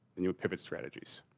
and you would pivot strategies.